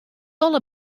alle